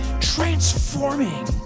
transforming